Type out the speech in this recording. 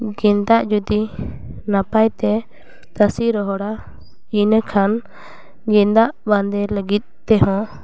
ᱜᱮᱸᱫᱟᱜ ᱡᱩᱫᱤ ᱱᱟᱯᱟᱭᱛᱮ ᱛᱟᱥᱮ ᱨᱚᱦᱚᱲᱟ ᱤᱱᱟᱹᱠᱷᱟᱱ ᱜᱮᱸᱫᱟᱜ ᱵᱟᱸᱫᱮ ᱞᱟᱹᱜᱤᱫ ᱛᱮᱦᱚᱸ